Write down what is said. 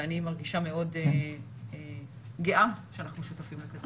ואני מרגישה מאוד גאה שאנחנו שותפים לכזה דבר.